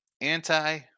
anti